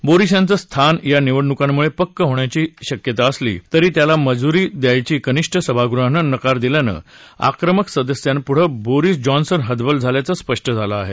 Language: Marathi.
बोरीस यांचं स्थान या निवडणूकांमुळे पक्क होण्याची शक्यता असली तरी त्याला मंजूरी द्यायला कनिष्ठ सभागृहांन नकार दिल्यानं आक्रमक सदस्यापुढं बोरीस जॉन्सन हतबल झाल्याचं स्पष्ट झालं आहे